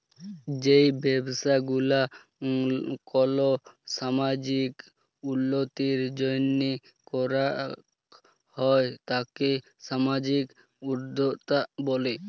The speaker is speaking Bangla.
যেই ব্যবসা গুলা কল সামাজিক উল্যতির জন্হে করাক হ্যয় তাকে সামাজিক উদ্যক্তা ব্যলে